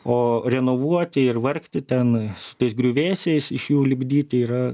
o renovuoti ir vargti ten su tais griuvėsiais iš jų lipdyti yra